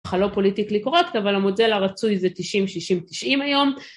בכלל לא פוליטיקלי קורקט אבל המודל הרצוי זה 90-60-90 היום